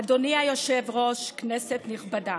גברתי היושבת-ראש, כנסת נכבדה,